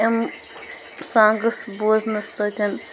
یِم سانٛگٕس بوزٕنَس سۭتۍ